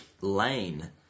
Lane